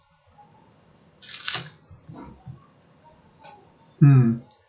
mm